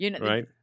Right